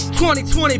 2020